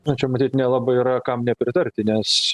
na čia matyt nelabai yra kam nepritarti nes